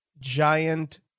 giant